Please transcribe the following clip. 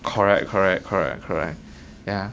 correct correct correct correct ya